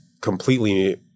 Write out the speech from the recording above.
completely